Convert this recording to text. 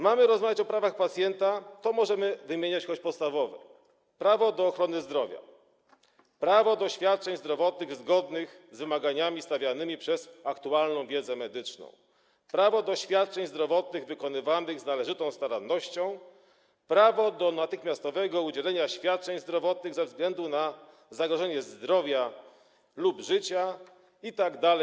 Mamy rozmawiać o prawach pacjenta, to możemy wymienić choć podstawowe: prawo do ochrony zdrowia, prawo do świadczeń zdrowotnych zgodnych z wymaganiami stawianymi przez aktualną wiedzę medyczną, prawo do świadczeń zdrowotnych wykonywanych z należytą starannością, prawo do natychmiastowego udzielenia świadczeń zdrowotnych ze względu na zagrożenie zdrowia lub życia itd.